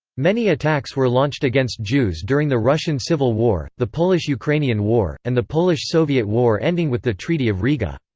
many attacks were launched against jews during the russian civil war, the polish-ukrainian war, and the polish-soviet war ending with the treaty of riga.